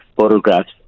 photographs